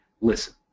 Listen